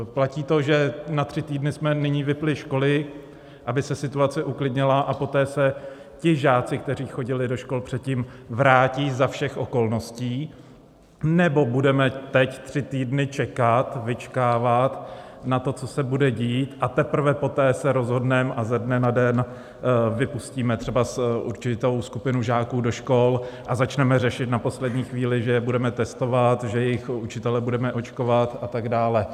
Platí to, že na tři týdny jsme nyní vypnuli školy, aby se situace uklidnila, a poté se ti žáci, kteří chodili do škol předtím, vrátí za všech okolností, nebo budeme teď tři týdny čekat, vyčkávat na to, co se bude dít, a teprve poté se rozhodneme a ze dne na den vypustíme třeba určitou skupinu žáků do škol a začneme řešit na poslední chvíli, že je budeme testovat, že jejich učitele budeme očkovat a tak dále?